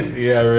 yeah, really?